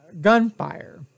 gunfire